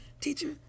teacher